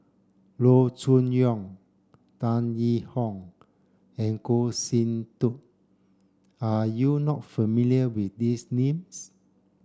Loo Choon Yong Tan Yee Hong and Goh Sin Tub are you not familiar with these names